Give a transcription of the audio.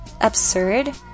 Absurd